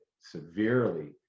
severely